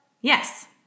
Yes